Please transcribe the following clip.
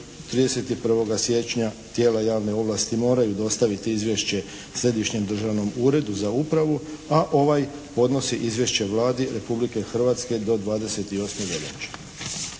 31. siječnja tijela javne ovlasti moraju dostaviti izvješće Središnjem državnom uredu za upravu a ovaj podnosi izvješće Vladi Republike Hrvatske do 28. veljače.